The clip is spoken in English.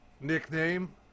nickname